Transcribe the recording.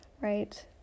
right